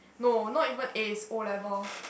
no not even A's O-level